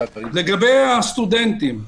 לגבי הסטודנטים,